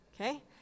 Okay